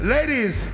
Ladies